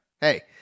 Hey